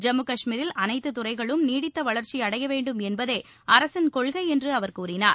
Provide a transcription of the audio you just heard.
ஜம்மு காஷ்மீரில் அனைத்து துறைகளும் நீடித்த வளர்ச்சி அடைய வேண்டும் என்பதே அரசின் கொள்கை என்று அவர் கூறினார்